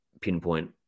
pinpoint